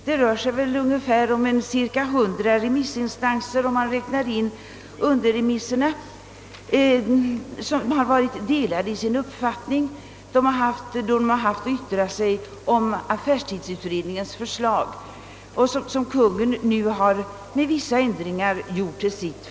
Det är egendomligt därför att de cirka hundra remissinstanserna — om man räknar med underremissinstanserna — haft delade meningar om affärstidsutredningens förslag, som Kungl. Maj:t nu med vissa ändringar gjort till sitt.